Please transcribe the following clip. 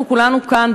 אנחנו כולנו כאן,